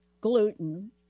Gluten